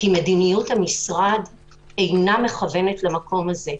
כי מדיניות המשרד אינה מכוונת למקום הזה,